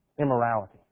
Immorality